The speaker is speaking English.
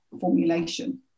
formulation